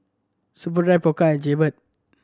Superdry Pokka and Jaybird